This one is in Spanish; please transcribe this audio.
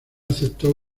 aceptó